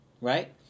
Right